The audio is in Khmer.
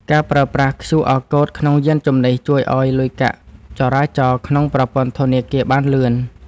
ការប្រើប្រាស់ QR Code ក្នុងយានជំនិះ ជួយឱ្យលុយកាក់ចរាចរណ៍ក្នុងប្រព័ន្ធធនាគារបានលឿន។